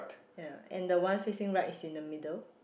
ya and the one facing right is in the middle